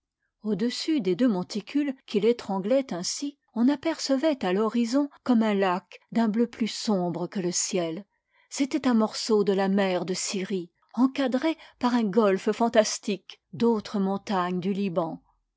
dessus des deux monticules qui l'étranglaient ainsi on apercevait à l'horizon comme un lac d'un bleu plus sombre que le ciel c'était un morceau de la mer de syrie encadré par un golfe fantastique d'autres montagnes du liban